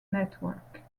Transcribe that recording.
network